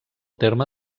terme